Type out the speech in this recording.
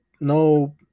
no